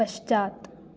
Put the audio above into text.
पश्चात्